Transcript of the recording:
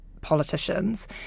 politicians